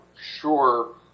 sure